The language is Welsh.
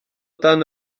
dan